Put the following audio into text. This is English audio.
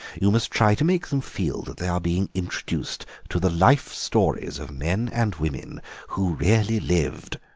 you must try to make them feel that they are being introduced to the life stories of men and women who really lived,